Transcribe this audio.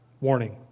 warning